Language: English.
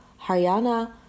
Haryana